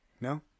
No